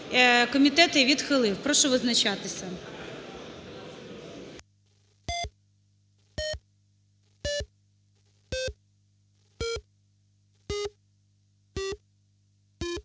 Комітет її відхилив. Прошу визначатися.